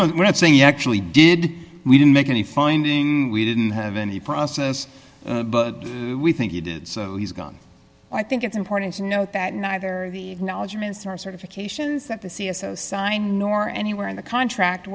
don't we're not saying you actually did we didn't make any finding we didn't have any process but we think he did so he's gone i think it's important to note that neither the knowledge minister or certifications that the c s o signed nor anywhere in the contract